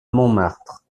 montmartre